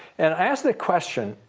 and i ask the question,